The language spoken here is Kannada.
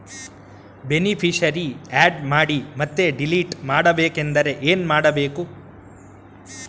ಬೆನಿಫಿಶರೀ, ಆ್ಯಡ್ ಮಾಡಿ ಮತ್ತೆ ಡಿಲೀಟ್ ಮಾಡಬೇಕೆಂದರೆ ಏನ್ ಮಾಡಬೇಕು?